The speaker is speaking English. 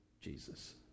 Jesus